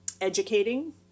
educating